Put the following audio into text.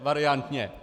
Variantně.